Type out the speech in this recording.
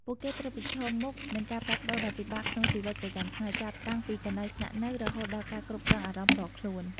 ពួកគេត្រូវប្រឈមមុខនឹងការផ្លាស់ប្ដូរដ៏ពិបាកក្នុងជីវិតប្រចាំថ្ងៃ ចាប់តាំងពីកន្លែងស្នាក់នៅ រហូតដល់ការគ្រប់គ្រងអារម្មណ៍ផ្ទាល់ខ្លួន។